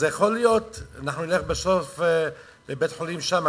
אז יכול להיות שאנחנו נלך בסוף לבית-החולים שם,